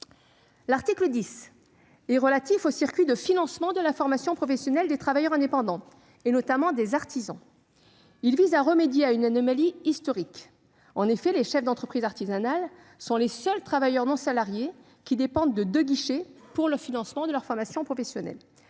L'article 10 est relatif aux circuits de financement de la formation professionnelle des travailleurs indépendants, et notamment des artisans. Il vise à remédier à une anomalie historique. En effet, les chefs d'entreprise artisanale sont les seuls travailleurs non salariés qui dépendent de deux guichets pour le financement de leur formation professionnelle